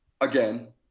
Again